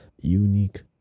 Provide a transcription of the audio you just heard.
unique